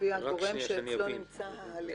לפי הגורם שאצלו נמצא ההליך.